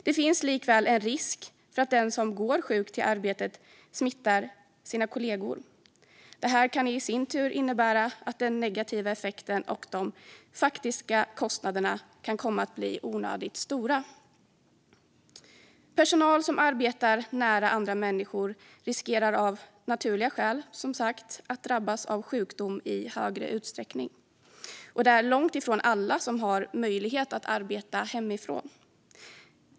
Det finns också en risk för att den som går sjuk till arbetet smittar sina kollegor. Det här kan i sin tur innebära att den negativa effekten och de faktiska kostnaderna kan komma att bli onödigt stora. Personal som arbetar nära andra människor riskerar av naturliga skäl att drabbas av sjukdom i högre utsträckning, och det är långt ifrån alla som har möjlighet att arbeta hemifrån.